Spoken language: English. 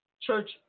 Church